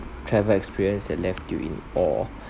travel experience that left you in awe